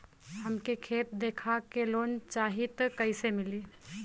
हमके खेत देखा के लोन चाहीत कईसे मिली?